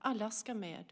Alla ska med.